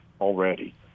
already